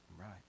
right